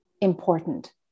important